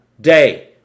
Day